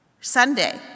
Sunday